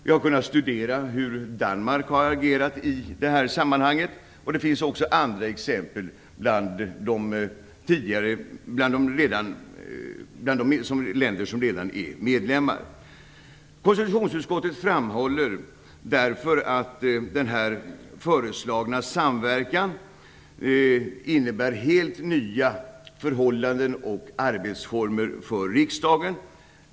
Vi har kunnat studera hur Danmark har agerat i det här sammanhanget, och det finns även andra exempel bland de länder som redan är medlemmar. Konstitutionsutskottet framhåller därför att den föreslagna samverkan innebär helt nya förhållanden och arbetsformer för riksdagen.